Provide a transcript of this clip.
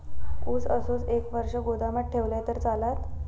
ऊस असोच एक वर्ष गोदामात ठेवलंय तर चालात?